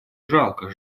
жалко